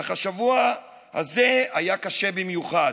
אך השבוע הזה היה קשה במיוחד.